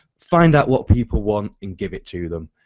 find out what people want and give it to them.